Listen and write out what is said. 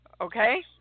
Okay